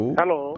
hello